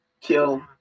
kill